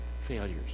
failures